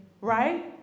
right